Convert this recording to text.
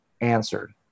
answered